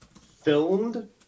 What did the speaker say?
filmed